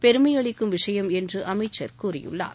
பெருமையளிக்கும் விஷயம் என்று அமைச்சர் கூறியுள்ளார்